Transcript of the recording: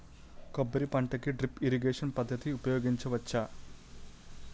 కొబ్బరి పంట కి డ్రిప్ ఇరిగేషన్ పద్ధతి ఉపయగించవచ్చా?